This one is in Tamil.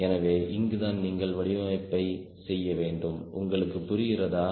எனவே இங்குதான் நீங்கள் வடிவமைப்பை செய்ய வேண்டும் உங்களுக்கு புரிகிறதா